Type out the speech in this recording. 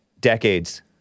decades